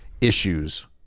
issues